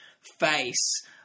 face